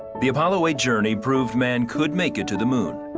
the apollo eight journey proved man could make it to the moon.